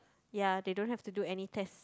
ya they don't have to do any test